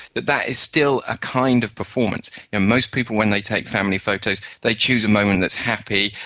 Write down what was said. that that is still a kind of performance. and most people when they take family photos, they choose moment that's happy,